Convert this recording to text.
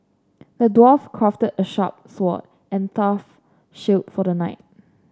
the dwarf crafted a sharp sword and tough shield for the knight